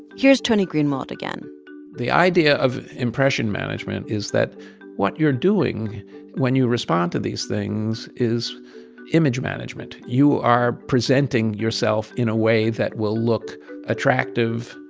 here's tony greenwald again the idea of impression management is that what you're doing when you respond to these things is image management. you are presenting yourself in a way that will look attractive.